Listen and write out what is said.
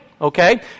Okay